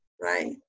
right